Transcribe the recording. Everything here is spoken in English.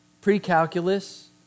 Pre-calculus